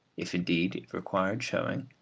if indeed it required showing,